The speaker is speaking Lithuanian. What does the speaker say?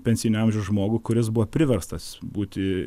pensinio amžiaus žmogų kuris buvo priverstas būti